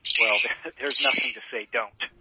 well there's nothing to say don't.